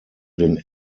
den